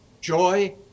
joy